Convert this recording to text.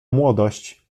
młodość